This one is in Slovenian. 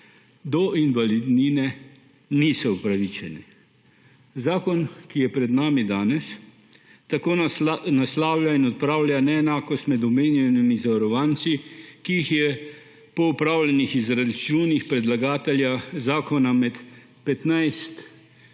do invalidnine niso upravičeni. Zakon, ki je pred nami danes, tako naslavlja in odpravlja neenakost med omenjenimi zavarovanci, ki jih je po opravljenih izračunih predlagatelja zakona med 15